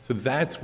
so that's